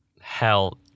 Hell